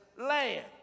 land